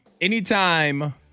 Anytime